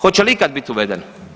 Hoće li ikada biti uveden?